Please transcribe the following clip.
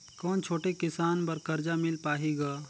कौन छोटे किसान बर कर्जा मिल पाही ग?